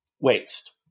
waste